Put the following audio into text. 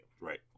Right